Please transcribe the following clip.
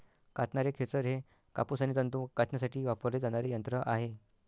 कातणारे खेचर हे कापूस आणि तंतू कातण्यासाठी वापरले जाणारे यंत्र आहे